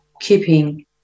keeping